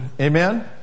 Amen